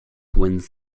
wins